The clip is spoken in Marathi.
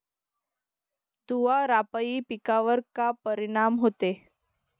धुवारापाई पिकावर का परीनाम होते?